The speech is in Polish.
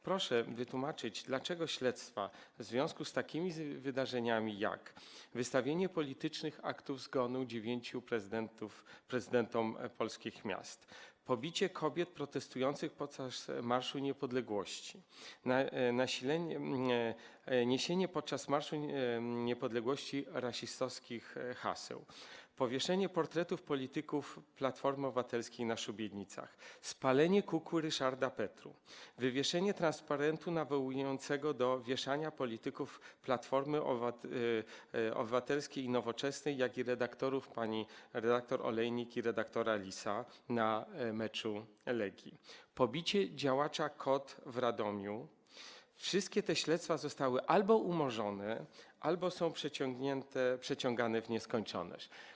Proszę wytłumaczyć: Dlaczego śledztwa w związku z takimi wydarzeniami, jak wystawienie politycznych aktów zgonu dziewięciu prezydentom polskich miast, pobicie kobiet protestujących podczas Marszu Niepodległości, niesienie podczas Marszu Niepodległości rasistowskich haseł, powieszenie portretów polityków Platformy Obywatelskiej na szubienicach, spalenie kukły Ryszarda Petru, wywieszenie transparentu nawołującego do wieszania polityków Platformy Obywatelskiej i Nowoczesnej oraz redaktorów, pani redaktor Olejnik i pana redaktora Lisa, na meczu Legii, pobicie działacza KOD w Radomiu zostały albo umorzone albo są przeciągane w nieskończoność?